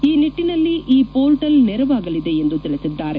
ಈ ನಿಟ್ಟನಲ್ಲಿ ಈ ಮೋರ್ಟಲ್ ನೆರವಾಗಲಿದೆ ಎಂದು ತಿಳಿಸಿದ್ದಾರೆ